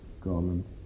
garments